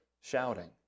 shouting